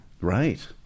right